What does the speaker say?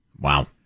Wow